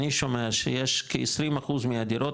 אני שומע שיש כעשרים אחוז מהדירות,